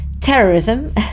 terrorism